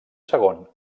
segon